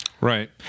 Right